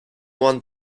want